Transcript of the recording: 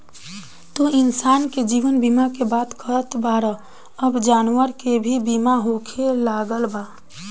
तू इंसान के जीवन बीमा के बात करत बाड़ऽ अब जानवर के भी बीमा होखे लागल बा